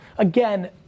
Again